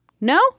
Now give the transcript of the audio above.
No